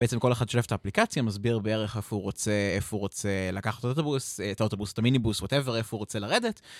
בעצם כל אחד שולף את האפליקציה מסביר בערך איפה הוא רוצה, איפה הא רוצה לקחת אוטובוס, את האוטובוס, את המיניבוס, ווטאבר איפה הוא רוצה לרדת.